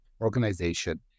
organization